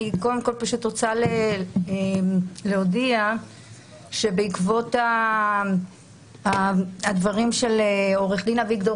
אני קודם כל רוצה להודיע שבעקבות הדברים של עו"ד אביגדור